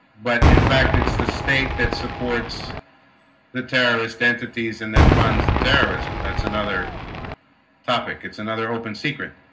but in fact it's the state that supports the terrorists entities and that funds the terrorism that's another topic it's another open secret